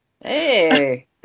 Hey